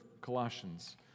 Colossians